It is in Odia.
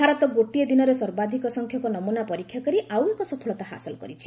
ଭାରତ ଗୋଟିଏ ଦିନରେ ସର୍ବାଧିକ ସଂଖ୍ୟକ ନମୁନା ପରୀକ୍ଷା କରି ଆଉ ଏକ ସଫଳତା ହାସଲ କରିଛି